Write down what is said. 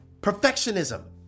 Perfectionism